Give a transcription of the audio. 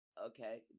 Okay